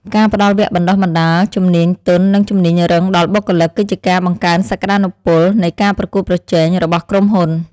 ការផ្តល់វគ្គបណ្តុះបណ្តាលជំនាញទន់និងជំនាញរឹងដល់បុគ្គលិក គឺជាការបង្កើនសក្តានុពលនៃការប្រកួតប្រជែងរបស់ក្រុមហ៊ុន។